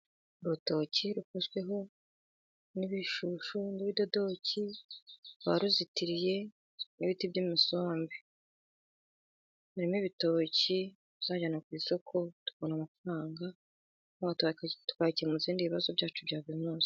Urutoki rukozweho n'ibishushu n'ibidodoki, Baruzitiriye n'ibiti by'amisombe .Ibi ni ibitoki tuzajyana ku isoko tubona amafaranga, ayo tukayakemuza n'ibindi bibazo byacu bya buri munsi.